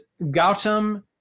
Gautam